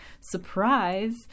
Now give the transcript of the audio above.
surprise